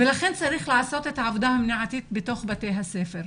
לכן צריך לעשות את העבודה המניעתית בתוך בתי הספר.